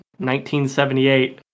1978